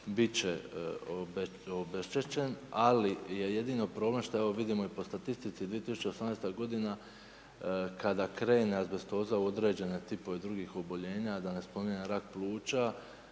Bit će obeštećen. Ali je jedino problem što evo vidimo i po statistici 2018. godina kada krene azbestoza u određene tipove drugih oboljenja da ne spominjem rak pluća